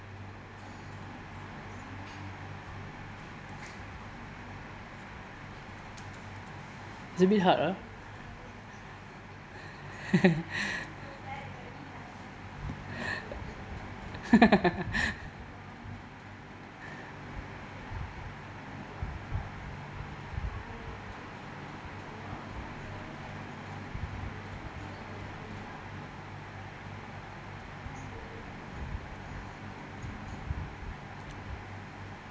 it's a bit hard ah